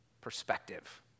perspective